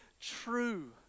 true